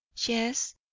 yes